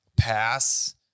pass